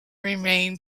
remain